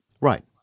Right